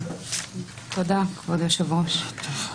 תודה, כבוד היושב-ראש.